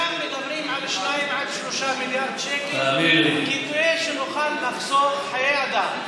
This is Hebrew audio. שם מדברים על 2 עד 3 מיליארד שקל כדי שנוכל לחסוך בחיי אדם.